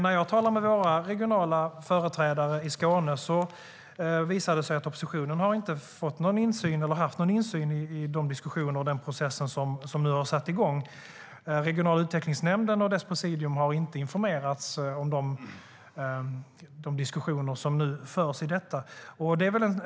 När jag talar med våra regionala företrädare i Skåne visar det sig att oppositionen inte haft någon insyn i de diskussioner och den process som nu har satt igång. Den regionala utvecklingsnämnden och dess presidium har inte informerats om de diskussioner som förs.